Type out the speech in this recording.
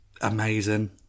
amazing